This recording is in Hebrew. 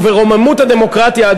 ורוממות הדמוקרטיה,